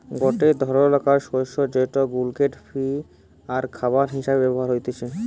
গটে ধরণকার শস্য যেটা গ্লুটেন ফ্রি আরখাবার হিসেবে ব্যবহার হতিছে